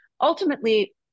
ultimately